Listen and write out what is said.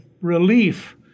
relief